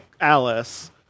Alice